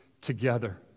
together